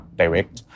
direct